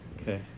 Okay